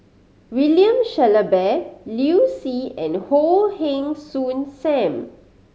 William Shellabear Liu Si and Goh Heng Soon Sam